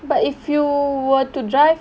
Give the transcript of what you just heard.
but if you were to drive